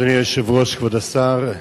אדוני היושב-ראש, כבוד השר,